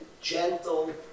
gentle